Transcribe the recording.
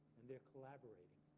they're collaborating.